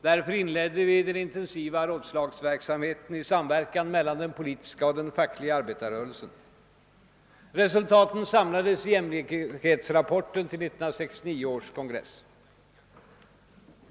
Därför inledde vi den intensiva rådslagsverksamheten i samverkan mellan den politiska och den fackliga arbetarrörelsen. Resultaten samlades i jämlikhetsrapporten till 1969 års partikongress.